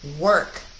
work